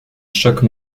choque